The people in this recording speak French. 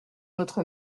notre